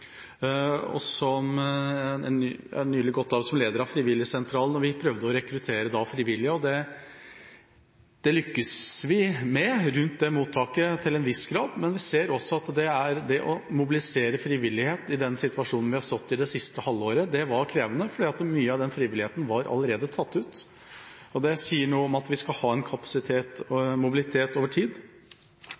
Jeg har nylig gått av som leder av Frivillighetssentralen, og vi prøvde å rekruttere frivillige, og det lyktes vi til en viss grad med rundt det mottaket, men det å mobilisere frivilligheten i den situasjonen vi har stått i det siste halvåret, var krevende, fordi mye av den frivilligheten allerede var tatt ut. Det sier noe om at vi skal ha en kapasitet og mobilitet over tid.